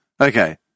Okay